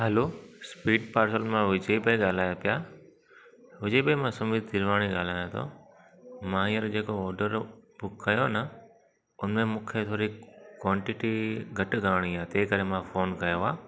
हलो speed parcel मां तव्हां विजय भाई ॻाल्हायो पिया विजय भाई मां सुमीत खिलवाणी ॻाल्हायां थो मां हींअर जेको ऑडर बुक कयो न उन में मूंखे थोरी क्वांटिटी घटु करणी आहे तंहिं करे मां फोन कयो आहे